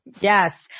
Yes